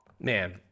Man